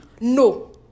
No